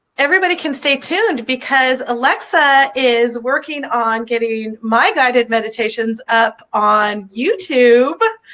everybody can stay tuned because alexa is working on getting my guided meditations up on youtube but